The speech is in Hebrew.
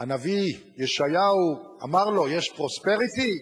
הנביא ישעיהו אמר לו: יש פרוספריטי,